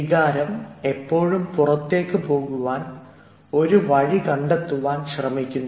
വികാരം എപ്പോഴും പുറത്തേക്ക് പോകുവാൻ ഒരു വഴി കണ്ടെത്തുവാൻ ശ്രമിക്കുന്നു